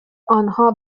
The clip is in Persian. آنها